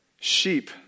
sheep